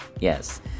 yes